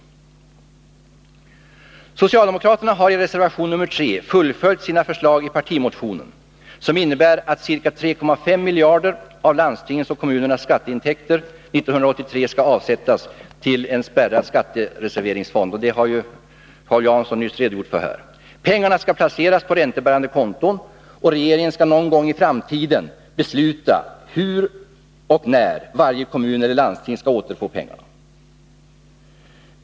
Socialdemokraterna har i reservation nr 3 fullföljt sina förslag i partimotionen, som innebär att ca 3,5 miljarder av landstingens och kommunernas skatteintäkter 1983 skall avsättas till en spärrad skattereserveringsfond. Det har ju Paul Jansson nyss redogjort för här. Pengarna skall placeras på räntebärande konton, och regeringen skall någon gång i framtiden besluta hur och när varje kommun eller landsting skall återfå pengarna.